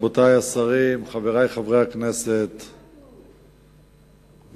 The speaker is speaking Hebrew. רבותי השרים, חברי חברי הכנסת, תראו,